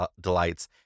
Delights